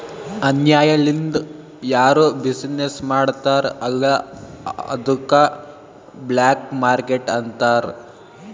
ಅನ್ಯಾಯ ಲಿಂದ್ ಯಾರು ಬಿಸಿನ್ನೆಸ್ ಮಾಡ್ತಾರ್ ಅಲ್ಲ ಅದ್ದುಕ ಬ್ಲ್ಯಾಕ್ ಮಾರ್ಕೇಟ್ ಅಂತಾರ್